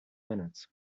minutes